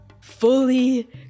fully